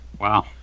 wow